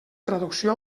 traducció